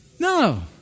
No